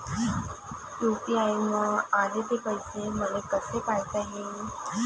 UPI न आले ते पैसे मले कसे पायता येईन?